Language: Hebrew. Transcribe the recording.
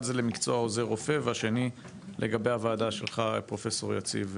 אחד זה למקצוע עוזר רופא והשני לגבי הוועדה של פרופסור יציב,